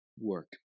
work